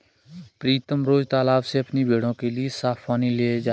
प्रीतम रोज तालाब से अपनी भेड़ों के लिए साफ पानी ले जाता है